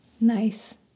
Nice